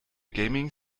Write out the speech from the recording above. gaming